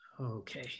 Okay